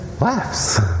laughs